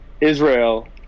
Israel